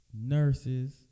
nurses